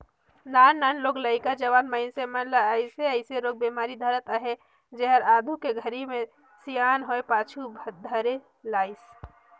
नान नान लोग लइका, जवान मइनसे मन ल अइसे अइसे रोग बेमारी धरत अहे जेहर आघू के घरी मे सियान होये पाछू धरे लाइस